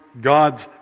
God's